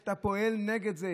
כשהוא פועל נגד זה.